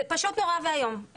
זה פשוט נורא ואיום.